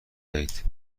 دهید